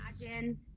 imagine